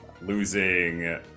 losing